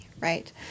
right